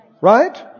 Right